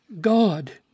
God